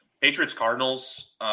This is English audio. Patriots-Cardinals